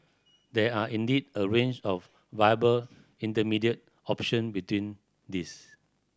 there are indeed a range of viable intermediate option between these